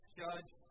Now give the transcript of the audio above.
judge